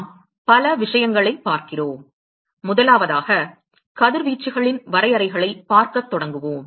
நாம் பல விஷயங்களைப் பார்க்கிறோம் முதலாவதாக கதிர்வீச்சுகளின் வரையறைகளைப் பார்க்கத் தொடங்குவோம்